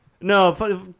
No